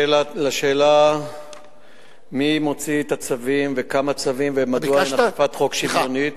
לשאלה מי מוציא את הצווים וכמה צווים ומדוע אין אכיפת חוק שוויונית,